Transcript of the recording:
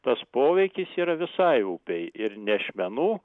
tas poveikis yra visai upei ir nešmenų